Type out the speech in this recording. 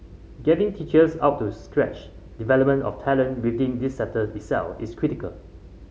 getting teachers up to scratch development of talent within this sector itself is critical